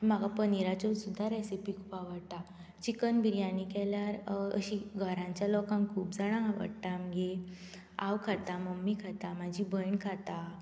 म्हाका पनीराच्यो सुद्दां रेसीपी खूब आवडटा चिकन बिरयानी केल्यार अशी घरांच्या लोकांक खूब जाणांक आवडटा आमगेर हांव खाता मम्मी खाता म्हजी भयण खाता